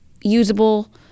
usable